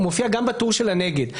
מופיע גם בטור של הנגד.